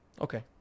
Okay